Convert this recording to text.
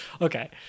Okay